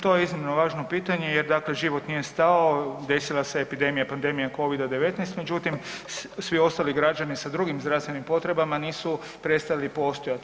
To je iznimno važno pitanje jer dakle život nije stao, desila se epidemija pandemija Covid-19, međutim svi ostali građani sa drugim zdravstvenim potrebama nisu prestali postojati.